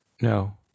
No